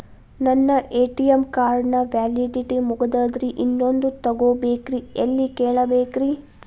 ನನ್ನ ATM card ನ validity ಮುಗದದ್ರಿ ಇನ್ನೊಂದು ತೊಗೊಬೇಕ್ರಿ ಎಲ್ಲಿ ಕೇಳಬೇಕ್ರಿ?